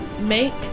make